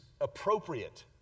appropriate